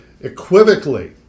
equivocally